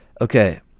okay